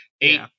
Eight